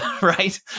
right